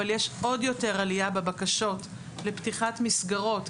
אבל יש עוד יותר עלייה בבקשות לפתיחת מסגרות,